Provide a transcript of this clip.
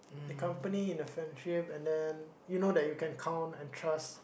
the company and the friendship and then you know that you can count and trust